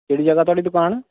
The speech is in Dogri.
केह्ड़ी जगहा थुआढ़ी दुकान